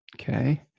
Okay